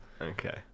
Okay